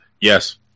Yes